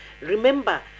remember